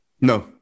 No